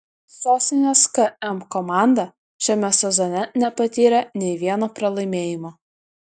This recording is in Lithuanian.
sostinės km komanda šiame sezone nepatyrė nei vieno pralaimėjimo